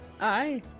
Aye